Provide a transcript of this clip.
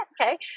okay